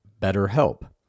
BetterHelp